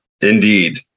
Indeed